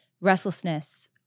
restlessness